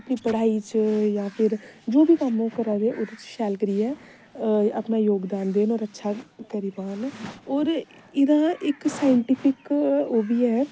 अपनी पढ़ाई च जां फिर जो बी कम्म ओह् करा दे ओह्दे च शैल करियै अपना योगदान देन होर अच्छा करी पान होर एहदा इक सांइटिफिक ओह् बी ऐ